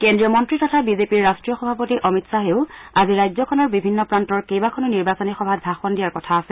কেন্দ্ৰীয় মন্ত্ৰী তথা বিজেপিৰ ৰাষ্ট্ৰীয় সভাপতি অমিত খাহেও আজি ৰাজ্যখনৰ বিভিন্ন প্ৰান্তৰ কেইবাখনো নিৰ্বাচনী সভাত ভাষণ দিয়াৰ কথা আছে